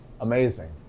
Amazing